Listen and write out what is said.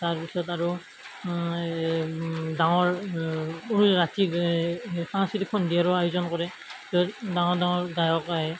তাৰপিছত আৰু ডাঙৰ ৰাতি এই এই সাংস্কৃতিক সন্ধিয়াৰো আয়োজন কৰে তাৰ ডাঙৰ ডাঙৰ গায়ক আহে